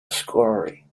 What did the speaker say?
sorcery